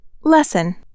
Lesson